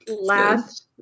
last